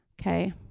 okay